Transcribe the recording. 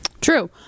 True